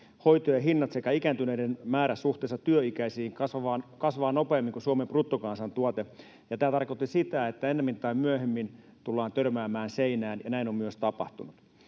hoitojen hinnat sekä ikääntyneiden määrä suhteessa työikäisiin kasvavat nopeammin kuin Suomen bruttokansantuote. Tämä tarkoitti sitä, että ennemmin tai myöhemmin tullaan törmäämään seinään, ja näin on myös tapahtunut.